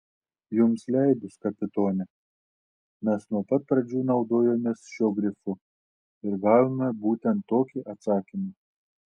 jums leidus kapitone mes nuo pat pradžių naudojomės šiuo grifu ir gavome būtent tokį atsakymą